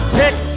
pick